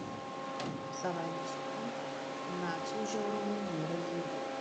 savaime suprantama nacių žiaurumui nėra lygių